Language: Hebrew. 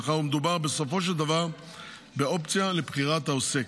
מאחר שמדובר בסופו של דבר באופציה לבחירת העוסק,